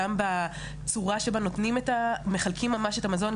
גם בצורה שבה מחלקים ממש את המזון,